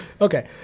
okay